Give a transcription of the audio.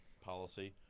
policy